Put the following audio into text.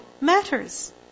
matters